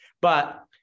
but-